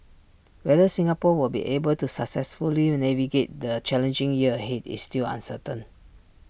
whether Singapore will be able to successfully navigate the challenging year ahead is still uncertain